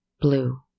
Blue